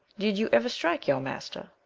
did you ever strike your master?